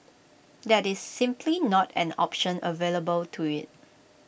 that is simply not an option available to IT